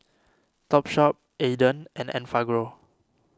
Topshop Aden and Enfagrow